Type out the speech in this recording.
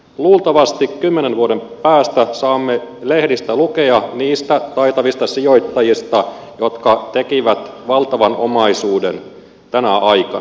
luultavasti kymmenen vuoden päästä saamme lehdistä lukea niistä taitavista sijoittajista jotka tekivät valtavan omaisuuden tänä aikana